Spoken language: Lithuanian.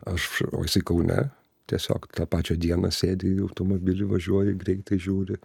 aš o jisai kaune tiesiog tą pačią dieną sėdi į automobilį važiuoji greitai žiūri